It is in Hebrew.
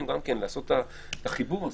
ואני מציע לעשות את החיבור הזה.